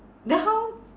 then how